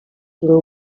który